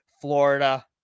Florida